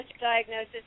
diagnosis